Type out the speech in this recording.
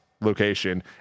location